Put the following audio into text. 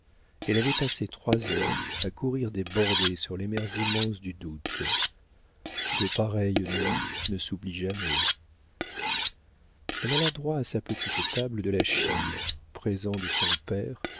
elle avait passé trois heures à courir des bordées sur les mers immenses du doute de pareilles nuits ne s'oublient jamais elle alla droit à sa petite table de la chine présent de son père